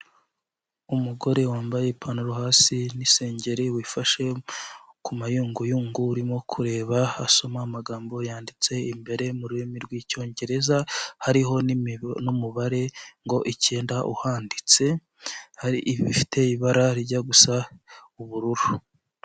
Umugore wambaye ipantaro hasi n'insengeri wifashe ku mayunguyungu urimo kureba asoma amagambo yanditse imbere mu rurimi rw'icyongereza hariho n'umubare ngo icyenda uhanditse hari ibifite ibara rijya gusa ubururu.